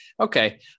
Okay